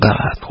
God